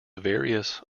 various